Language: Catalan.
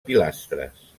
pilastres